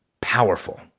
powerful